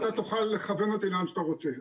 אתה תוכל לכוון אותי לאן שאתה רוצה.